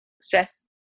stress